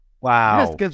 Wow